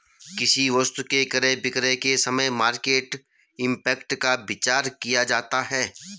किसी वस्तु के क्रय विक्रय के समय मार्केट इंपैक्ट का विचार किया जाता है